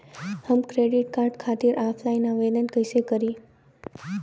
हम credit card खातिर offline आवेदन कइसे करि?